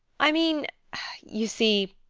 i mean you see,